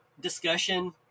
Discussion